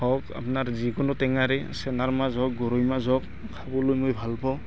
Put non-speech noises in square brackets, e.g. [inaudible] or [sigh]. হওক আপোনাৰ যিকোন টেঙাৰে [unintelligible] মাছ হওক গৰৈ মাছ হওক খাবলৈ মই ভাল পাওঁ